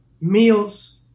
meals